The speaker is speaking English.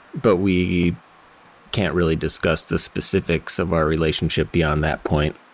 but we can't really discuss the specifics of our relationship beyond that point